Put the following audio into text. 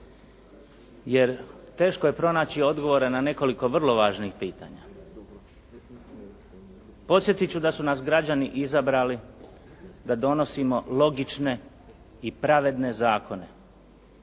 jer teško je pronaći odgovore na nekoliko vrlo važnih pitanja. Podsjetiti ću vas da su nas građani izabrali da donosimo logične i pravedne zakone,